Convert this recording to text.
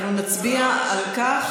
אנחנו נצביע על כך,